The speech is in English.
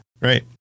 right